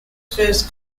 first